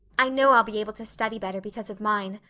i know i'll be able to study better because of mine.